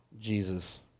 Jesus